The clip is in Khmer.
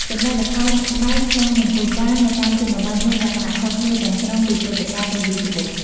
ចំណែកល្ខោនស្បែកក្នុងមង្គលការនៅតាមជនបទមានលក្ខណៈខុសគ្នាទាំងស្រុងពីព្រឹត្តិការណ៍ព្រះរាជវង្ស។